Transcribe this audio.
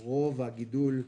רוב הגידול,